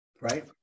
right